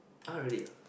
uh really ah